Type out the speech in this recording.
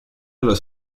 los